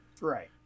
Right